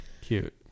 cute